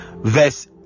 verse